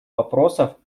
вопросов